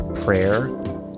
prayer